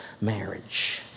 Marriage